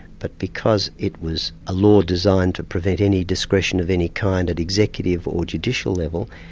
but because it was a law designed to prevent any discretion of any kind at executive or judicial level,